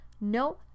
No